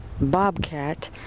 bobcat